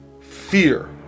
fear